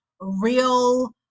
real